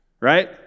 right